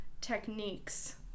techniques